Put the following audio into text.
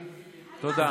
טלי, תודה.